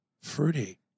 fruity